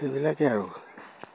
সেইবিলাকেই আৰু